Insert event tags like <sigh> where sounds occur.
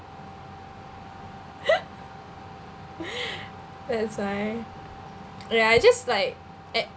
<laughs> that's why ya I just like at